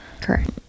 Correct